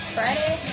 Friday